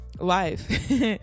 life